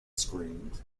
screamed